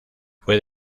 fue